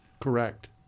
Correct